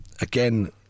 again